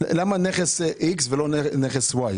למה נכס X ולא נכס Y?